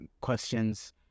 questions